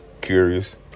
curious